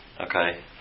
Okay